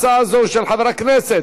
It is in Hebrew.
ההצעה הזאת היא של חבר הכנסת